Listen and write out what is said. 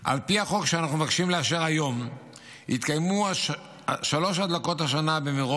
על פי החוק שאנחנו מבקשים לאשר היום יתקיימו שלוש הדלקות השנה במירון